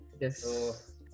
Yes